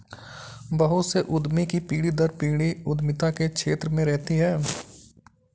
बहुत से उद्यमी की पीढ़ी दर पीढ़ी उद्यमिता के क्षेत्र में रहती है